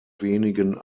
wenigen